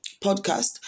podcast